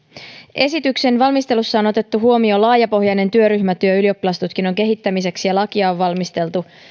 esityksen valmistelussa on otettu huomioon laajapohjainen työryhmätyö ylioppilastutkinnon kehittämiseksi ja lakia on valmisteltu